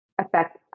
affect